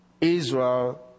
Israel